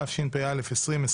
התשפ"א 2021